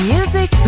Music